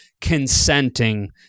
consenting